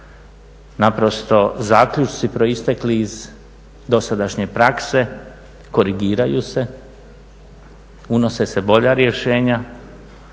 naprosto zaključci proistekli iz dosadašnje prakse korigiraju se, unose se bolja rješenja